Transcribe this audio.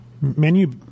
menu